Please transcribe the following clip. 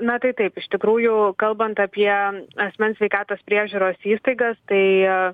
na tai taip iš tikrųjų kalbant apie asmens sveikatos priežiūros įstaigas tai